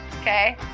okay